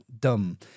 dumb